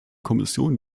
kommission